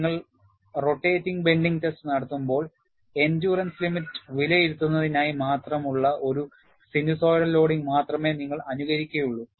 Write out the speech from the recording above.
നിങ്ങൾ rotating bending test നടത്തുമ്പോൾ endurance limit വിലയിരുത്തുന്നതിനായി മാത്രമുള്ള ഒരു സിനുസോയ്ഡൽ ലോഡിംഗ് മാത്രമേ നിങ്ങൾ അനുകരിക്കുകയുള്ളൂ